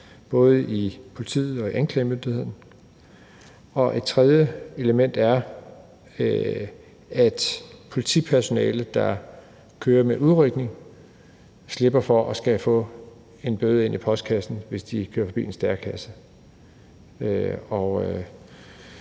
både i politiet og i anklagemyndigheden. Og et tredje element er, at politipersonale, der kører med udrykning, slipper for at skulle få en bøde i postkassen, hvis de kører forbi en stærekasse.